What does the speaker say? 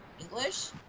English